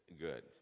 good